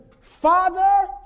Father